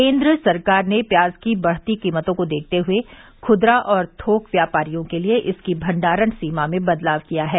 केन्द्र सरकार ने प्याज की बढ़ती कीमतों को देखते हुए खुदरा और थोक व्यापारियों के लिए इसकी भण्डारण सीमा में बदलाव किया है